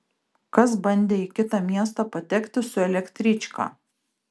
kas bandė į kitą miestą patekti su elektryčka